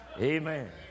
Amen